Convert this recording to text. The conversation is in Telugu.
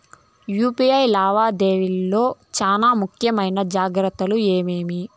యు.పి.ఐ లావాదేవీల లో చానా ముఖ్యమైన జాగ్రత్తలు ఏమేమి?